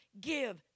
Give